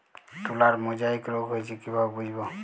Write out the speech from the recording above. তুলার মোজাইক রোগ হয়েছে কিভাবে বুঝবো?